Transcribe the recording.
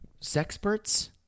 Sexperts